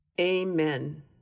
Amen